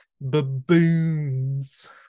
baboons